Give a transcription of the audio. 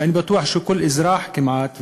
ואני בטוח שכל אזרח כמעט,